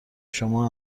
شما